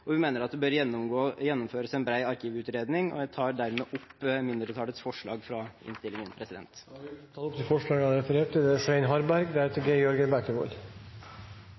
arkiver. Vi mener at det bør gjennomføres en bred arkivutredning. Jeg tar dermed opp mindretallets, Arbeiderpartiets, forslag i innstillingen. Representanten Lasse Juliussen har tatt opp det forslaget han refererte til.